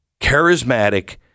charismatic